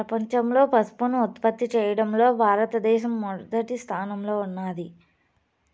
ప్రపంచంలో పసుపును ఉత్పత్తి చేయడంలో భారత దేశం మొదటి స్థానంలో ఉన్నాది